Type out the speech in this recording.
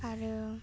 आरो